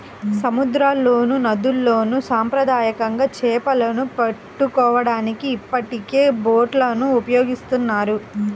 సముద్రాల్లోనూ, నదుల్లోను సాంప్రదాయకంగా చేపలను పట్టుకోవడానికి ఇప్పటికే బోట్లను ఉపయోగిస్తున్నారు